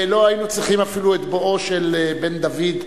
ולא היינו צריכים אפילו את בואו של בן דוד,